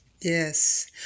Yes